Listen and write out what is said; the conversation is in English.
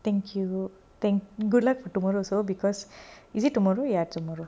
thank you thank good luck for tomorrow also because is it tomorrow ya tomorrow